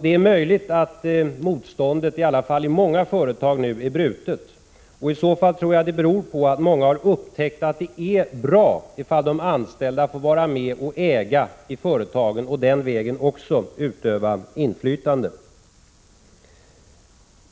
Det är möjligt att motståndet i varje fall i många företag nu är brutet. I så fall tror jag det beror på att många har upptäckt att det är bra om de anställda får vara med och äga företagen och den vägen också utöva inflytande.